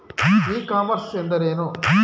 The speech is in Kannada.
ಇ ಕಾಮರ್ಸ್ ಎಂದರೇನು?